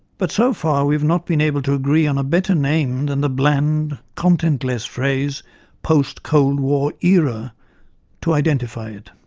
but so far we have not been able to agree on a better name than the bland, content-less phrase post-cold war era to identify it.